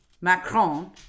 Macron